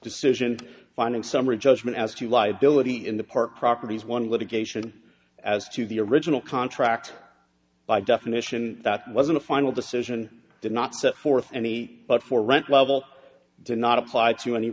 decision finding summary judgment as to liability in the park properties one litigation as to the original contract by definition that wasn't a final decision did not set forth any but for rent level did not apply to any